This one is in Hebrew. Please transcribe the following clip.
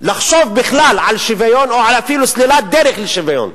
לחשוב על שוויון, או אפילו על סלילת דרך לשוויון,